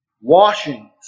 Washings